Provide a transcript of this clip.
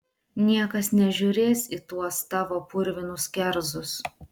niekas nežiūrės į tuos tavo purvinus kerzus